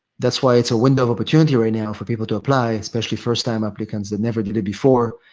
that's why it's a window of opportunity right now for people to apply, especially first time applicants that never did it before.